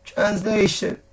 Translation